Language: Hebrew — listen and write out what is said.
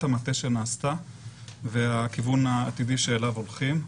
המטה שנעשתה והכיוון העתידי שאליו הולכים.